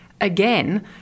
again